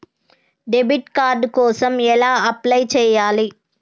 Debit card కోసం ఎలా apply చేయాలి?